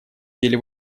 деле